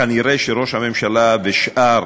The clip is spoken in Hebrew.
כנראה ראש הממשלה ושאר